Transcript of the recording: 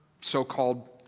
so-called